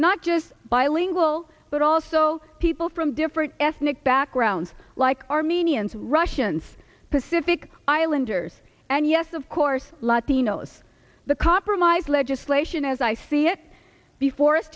not just bilingual but also people from different ethnic backgrounds like armenians russians pacific islander and yes of course latinos the compromise legislation as i see it before us